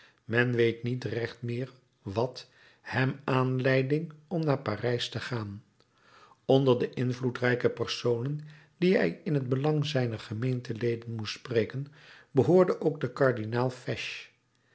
men weet niet recht meer wat hem aanleiding om naar parijs te gaan onder de invloedrijke personen die hij in het belang zijner gemeenteleden moest spreken behoorde ook de kardinaal fesch